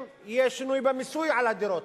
אם יהיה שינוי במיסוי הדירות,